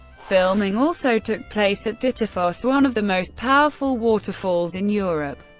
filming also took place at dettifoss, one of the most powerful waterfalls in europe.